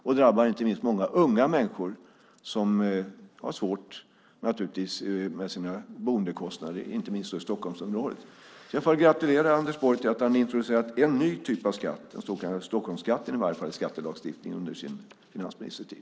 Det drabbar inte minst många unga människor som naturligtvis har svårt med sina boendekostnader, inte minst i Stockholmsområdet. Jag får gratulera Anders Borg till att han har introducerat en ny typ av skatt, den så kallade Stockholmsskatten, i skattelagstiftningen under sin finansministertid.